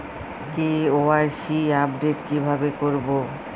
KYC update কিভাবে করবো?